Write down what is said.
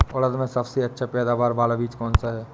उड़द में सबसे अच्छा पैदावार वाला बीज कौन सा है?